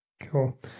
Cool